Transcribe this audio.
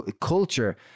Culture